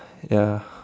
ya